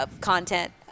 content